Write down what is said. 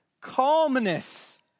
calmness